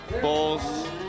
bulls